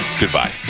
Goodbye